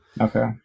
Okay